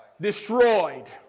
destroyed